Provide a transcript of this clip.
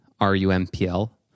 R-U-M-P-L